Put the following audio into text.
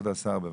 כבוד השר, בבקשה.